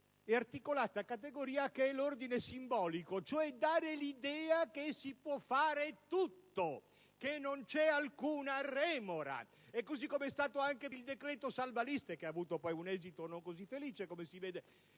e articolata categoria che è l'ordine simbolico: per dare l'idea che si può fare tutto, che non c'è alcun remora. Così com'è stato anche per il decreto cosiddetto "salvaliste", che ha avuto un esito non così felice, si deve